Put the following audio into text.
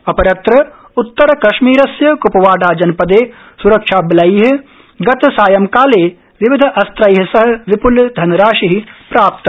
अपरत्र उत्तरकश्मीरस्य क्पवाडा जनपदे स्रक्षाबलै ह्य सायंकाले विविधास्त्रै सह विप्लधनराशि प्राप्त